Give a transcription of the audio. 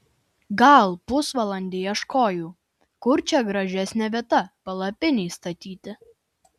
gal pusvalandį ieškojau kur čia gražesnė vieta palapinei statyti